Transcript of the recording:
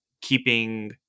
keeping